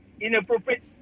inappropriate